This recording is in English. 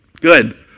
Good